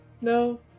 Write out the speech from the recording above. No